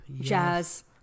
jazz